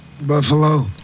Buffalo